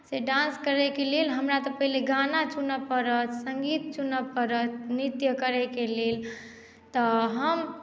से dance करयके लेल हमरा तऽ पहिने गाना चुनय पड़त सङ्गीत चुनय पड़त नृत्य करयके लेल तऽ हम